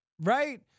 right